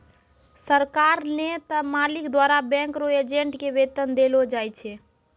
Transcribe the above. सरकार नै त मालिक द्वारा बैंक रो एजेंट के वेतन देलो जाय छै